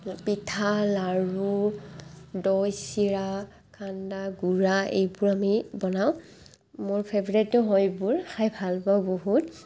পিঠা লাৰু দৈ চিৰা সান্দা গুড়া এইবোৰ আমি বনাওঁ মোৰ ফেবৰেটো হয় এইবোৰ খাই ভাল পাওঁ বহুত